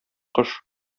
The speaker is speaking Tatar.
кош